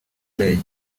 play